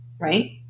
right